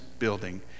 building